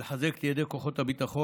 ורוצה לחזק את ידי כוחות הביטחון,